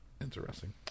interesting